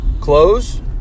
Close